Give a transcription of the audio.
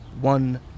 one